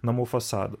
namų fasadų